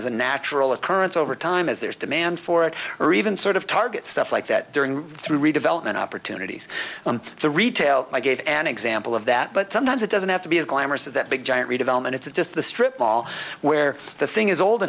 as a natural occurrence over time as there's demand for it or even sort of target stuff like that during through redevelopment opportunities on the retail i gave an example of that but sometimes it doesn't have to be as glamorous as that big giant redevelopment it's just the strip mall where the thing is old